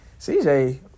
CJ